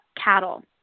cattle